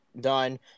done